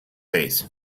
face